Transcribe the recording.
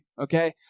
Okay